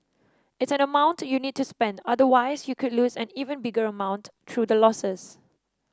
it's an amount you need to spend otherwise you could lose an even bigger amount through the losses